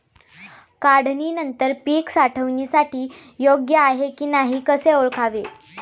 काढणी नंतर पीक साठवणीसाठी योग्य आहे की नाही कसे ओळखावे?